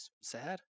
sad